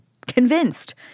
convinced